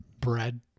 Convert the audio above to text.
bread